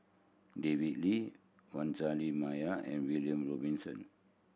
David Lee Vanessa Mae and William Robinson